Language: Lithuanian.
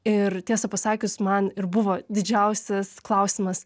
ir tiesą pasakius man ir buvo didžiausias klausimas